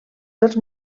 dels